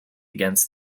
against